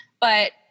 but-